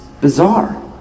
bizarre